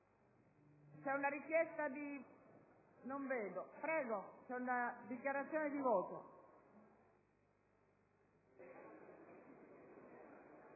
una dichiarazione di voto